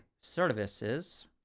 services